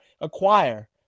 acquire